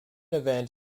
event